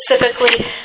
specifically